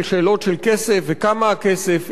על שאלות של כסף וכמה כסף,